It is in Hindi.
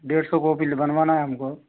डेढ़ सौ कॉपी बनवाना है हमको